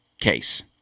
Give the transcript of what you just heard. case